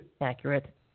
accurate